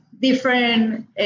different